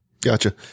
Gotcha